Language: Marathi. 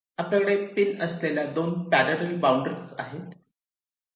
आपल्याकडे पिन असलेल्या 2 पॅररल बाउंड्री आहे